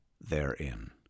therein